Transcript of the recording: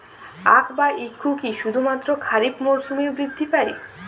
আখ বা ইক্ষু কি শুধুমাত্র খারিফ মরসুমেই বৃদ্ধি পায়?